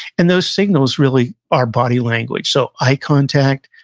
and those signals really are body language. so, eye contact,